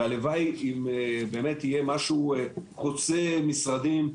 והלוואי אם באמת יהיה משהו חוצה משרדים.